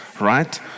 right